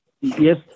Yes